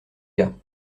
gars